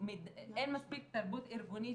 אין מספיק תרבות ארגונית